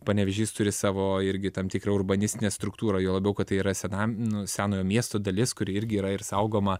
panevėžys turi savo irgi tam tikrą urbanistinę struktūrą juo labiau kad tai yra senam nu senojo miesto dalis kuri irgi yra ir saugoma